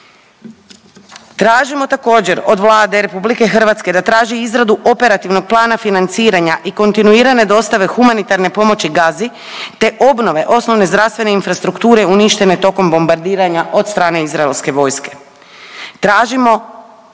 Tražimo također od Vlade RH da traži izradu operativnog plana financiranja i kontinuirate dostave humanitarne pomoći Gazi te obnove osnovne zdravstvene infrastrukture uništene tokom bombardiranja od strane izraelske vojske. Tražimo